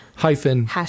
Hyphen